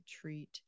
treat